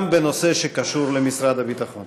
גם בנושא שקשור למשרד הביטחון.